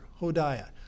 Hodiah